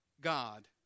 God